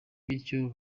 bityo